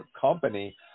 company